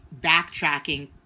backtracking